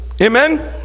amen